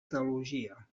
teologia